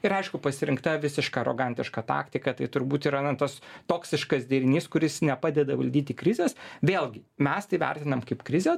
ir aišku pasirinkta visiška arogantiška taktika tai turbūt yra na tas toksiškas derinys kuris nepadeda valdyti krizės vėlgi mes tai vertinam kaip krizę